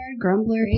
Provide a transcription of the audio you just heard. Grumbler